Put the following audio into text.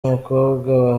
w’umukobwa